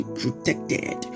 protected